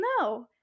no